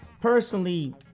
Personally